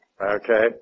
Okay